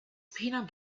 peanut